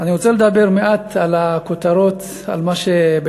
אני רוצה לדבר מעט על הכותרות בימים